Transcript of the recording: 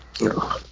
No